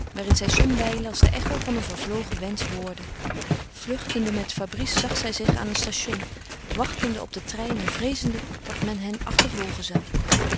waarin zij somwijlen als de echo van een vervlogen wensch hoorde vluchtende met fabrice zag zij zich aan een station wachtende op den trein en vreezende dat men hen achtervolgen zou